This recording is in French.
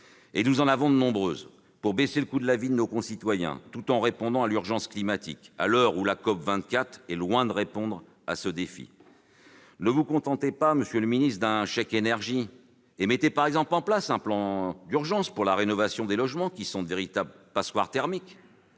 Et nous en avons de nombreuses ! Pour baisser le coût de la vie de nos concitoyens tout en répondant à l'urgence climatique, à l'heure où la COP24 est loin de répondre à ce défi, ne vous contentez pas d'un chèque énergie, monsieur le secrétaire d'État, et mettez par exemple en place un plan d'urgence pour la rénovation des logements, qui sont de véritables passoires thermiques.